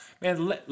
Man